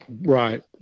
right